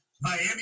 Miami